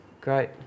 Great